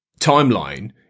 timeline